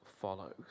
follows